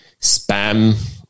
spam